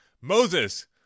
Moses